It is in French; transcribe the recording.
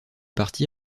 parti